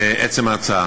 לעצם ההצעה: